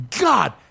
God